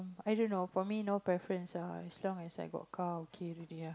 i don't know for me no preference lah as long as I got car okay already ah